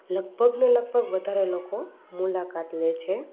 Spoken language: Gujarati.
લગભગને લગભગ વધારે લોકો મુલાકાત લે છે